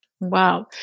Wow